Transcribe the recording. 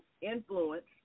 influence